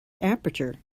aperture